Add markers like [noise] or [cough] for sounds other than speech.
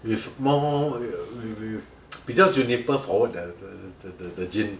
with more wi~ wi~ [noise] 比较 juniper forward 的的的的 gin